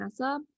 NASA